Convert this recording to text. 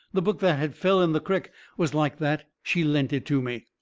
the book that had fell in the crick was like that. she lent it to me.